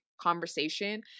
conversation